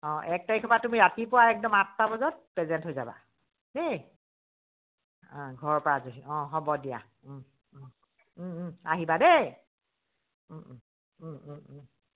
অঁ এক তাৰিখৰ পৰা তুমি ৰাতিপুৱা একদম আঠটা বজাত প্ৰেজেণ্ট হৈ যাবা দেই অঁ ঘৰৰ পৰা আজৰি অঁ হ'ব দিয়া আহিবা দেই